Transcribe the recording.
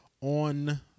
on